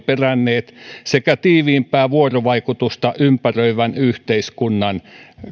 peränneet sekä tiiviimpää vuorovaikutusta ympäröivän yhteiskunnan